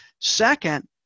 Second